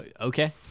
okay